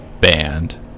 band